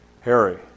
Harry